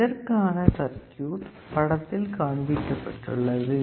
இதற்கான சர்க்யூட் படத்தில் காண்பிக்கப்பட்டுள்ளது